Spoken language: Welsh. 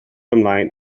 ymlaen